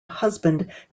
husband